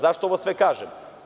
Zašto sve ovo kažem?